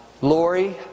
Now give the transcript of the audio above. Lori